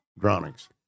drownings